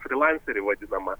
frylancerį vadinamą